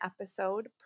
episode